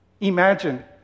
Imagine